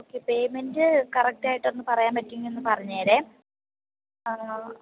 okay payment കറക്റ്റായിട്ടൊന്ന് പറയാൻ പറ്റുമെങ്കിൽ ഒന്ന് പറഞ്ഞേരെ പറഞ്ഞോളൂ